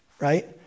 right